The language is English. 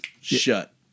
shut